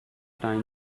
time